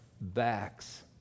backs